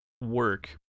work